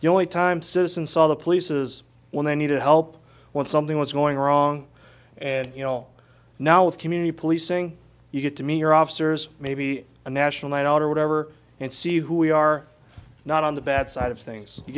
the only time citizens saw the police is when they needed help when something was going wrong and you know now with community policing you get to meet your officers maybe a national might alter whatever and see who we are not on the bad side of things